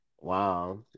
Wow